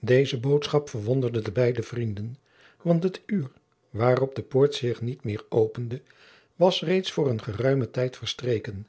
deze boodschap verwonderde de beide vrienden want het uur waarop de poort zich niet meer opende was reeds voor een geruimen tijd verstreken